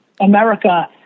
America